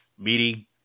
Meeting